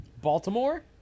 Baltimore